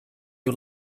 you